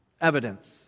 evidence